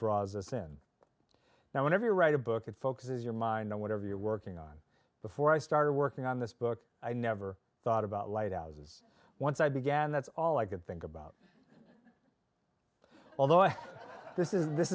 draws us in now whenever you write a book it focuses your mind on whatever you're working on before i started working on this book i never thought about lighthouses once i began that's all i could think about although this is this